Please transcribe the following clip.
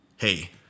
hey